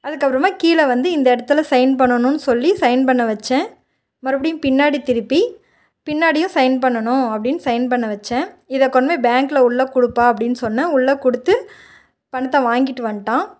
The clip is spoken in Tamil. அதுக்கப்புறமா கீழே வந்து இந்த இடத்துல சைன் பண்ணணும்னு சொல்லி சைன் பண்ண வைச்சேன் மறுபடியும் பின்னாடி திருப்பி பின்னாடியும் சைன் பண்ணணும் அப்படின்னு சைன் பண்ண வைச்சேன் இதை கொண்டு போய் பேங்க்கில் உள்ள கொடுப்பா அப்படின்னு சொன்னேன் உள்ளே கொடுத்து பணத்தை வாங்கிட்டு வந்துட்டான்